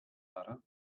butter